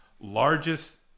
largest